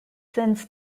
since